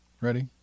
Ready